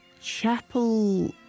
chapel